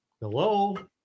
Hello